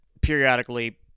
periodically